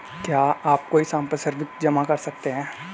क्या आप कोई संपार्श्विक जमा कर सकते हैं?